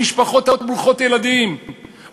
המשפחות ברוכות הילדים,